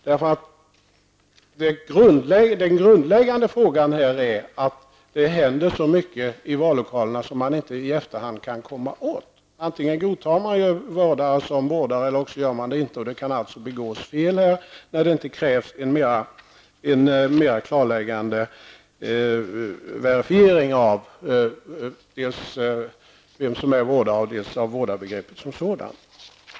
Det grundläggande problemet är att det händer så mycket i vallokalerna som man inte i efterhand kan komma åt. Antingen godtar man en person som vårdare eller också gör man det inte, och det kan begås fel när det inte krävs en mer klarläggande verifiering av dels vem som är vårdare, dels av vårdarbegreppet som sådant.